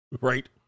right